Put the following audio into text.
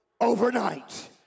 overnight